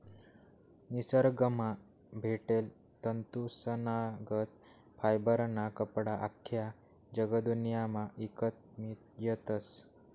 निसरगंमा भेटेल तंतूसनागत फायबरना कपडा आख्खा जगदुन्यामा ईकत मियतस